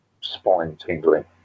spine-tingling